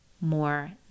more